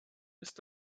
ist